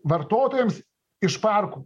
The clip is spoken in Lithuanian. vartotojams iš parkų